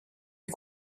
est